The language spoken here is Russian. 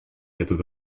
этот